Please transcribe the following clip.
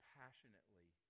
passionately